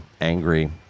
angry